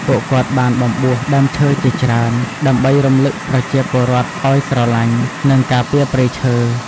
ពួកគាត់បានបំបួសដើមឈើជាច្រើន ដើម្បីរំឭកប្រជាពលរដ្ឋឱ្យស្រលាញ់ និងការពារព្រៃឈើ។